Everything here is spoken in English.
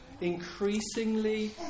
increasingly